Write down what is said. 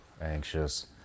anxious